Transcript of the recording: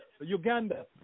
Uganda